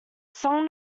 song